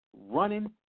running